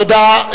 תודה.